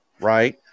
right